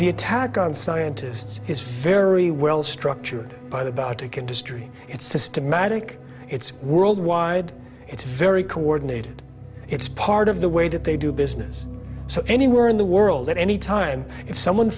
the attack on scientists is very well structured by the vatican destry it's systematic it's worldwide it's very coordinated it's part of the way that they do business so anywhere in the world at any time if someone